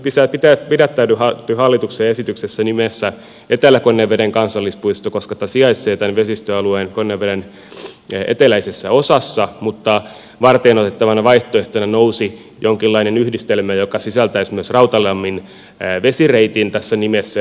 tässä hallituksen esityksessä on nyt pidättäydytty nimessä etelä konneveden kansallispuisto koska tämä sijaitsee tämän vesistöalueen konneveden eteläisessä osassa mutta varteenotettavana vaihtoehtona nousi jonkinlainen yhdistelmä joka sisältäisi myös rautalammin vesireitin tässä nimessä